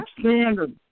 standard